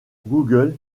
google